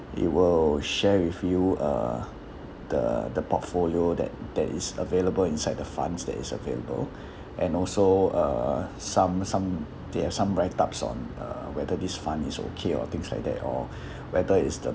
it will share with you uh the the portfolio that that is available inside the funds that is available and also err some some they have some write ups on uh whether this fund is okay or things like that or whether it's the